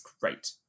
great